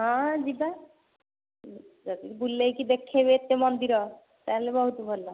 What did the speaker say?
ହଁ ଯିବା ଯଦି ବୁଲେଇକି ଦେଖେଇବେ ଏତେ ମନ୍ଦିର ତାହେଲେ ବହୁତ ଭଲ